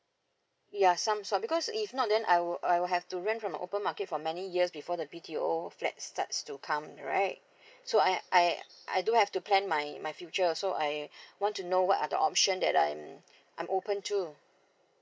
ya some sort because if not then I will I will have to rent from open market for many years before the B_T_O flat starts to come right so I I I do have to plan my my future so I want to know what are the option that I'm I'm open to